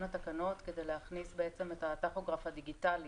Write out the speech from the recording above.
התקנות כדי להכניס את הטכוגרף הדיגיטלי